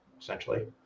essentially